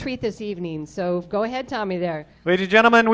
treat this evening so go ahead tell me they're ready gentlem